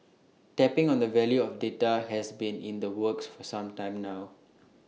tapping on the value of data has been in the works for some time now